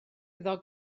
iddo